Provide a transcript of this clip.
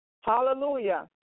Hallelujah